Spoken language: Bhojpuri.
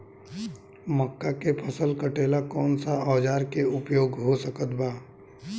मक्का के फसल कटेला कौन सा औजार के उपयोग हो सकत बा?